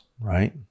right